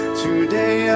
today